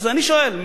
אז אני שואל,